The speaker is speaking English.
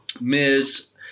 Ms